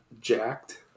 jacked